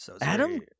Adam